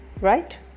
right